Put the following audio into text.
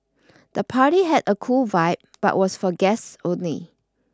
the party had a cool vibe but was for guests only